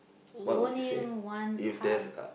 only one eye